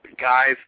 Guys